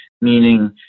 meaning